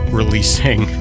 releasing